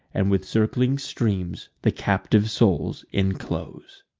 and with circling streams the captive souls inclose.